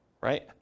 Right